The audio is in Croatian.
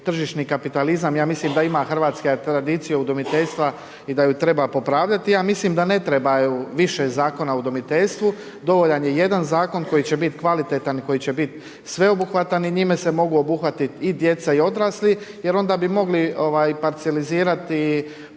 tržišni kapitalizam, ja mislim da ima Hrvatska tradiciju udomiteljstva i da ju treba popravljati, ja mislim da ne treba više Zakona o udomiteljstvu, dovoljan je jedan zakon koji će biti kvalitetan i koji će biti sveobuhvatan i njime se mogu obuhvatit i djeca i odrasli jer onda bi mogli parcijalizirati